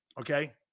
Okay